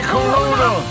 Corona